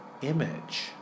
image